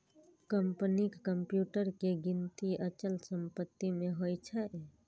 कंपनीक कंप्यूटर के गिनती अचल संपत्ति मे होइ छै